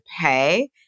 pay